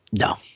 no